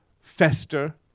fester